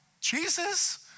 Jesus